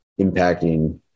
impacting